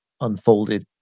unfolded